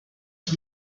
qui